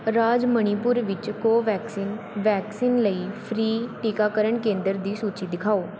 ਰਾਜ ਮਣੀਪੁਰ ਵਿੱਚ Covaxin vaccine ਲਈ free ਟੀਕਾਕਰਨ ਕੇਂਦਰ ਦੀ ਸੂਚੀ ਦਿਖਾਓ